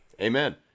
Amen